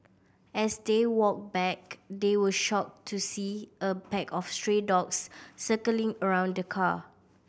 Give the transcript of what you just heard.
as they walked back they were shocked to see a pack of stray dogs circling around the car